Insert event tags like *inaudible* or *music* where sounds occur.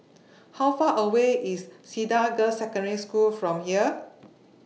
*noise* How Far away IS Cedar Girls' Secondary School from here